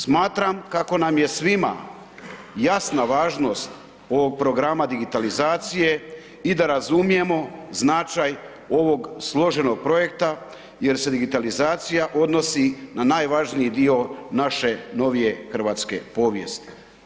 Smatram kako nam je svima jasna važnost ovog programa digitalizacije i da razumijemo značaj ovog složenog projekta jer se digitalizacija odnosi na najvažniji dio naše novije hrvatske povijesti.